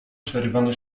przerywany